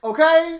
Okay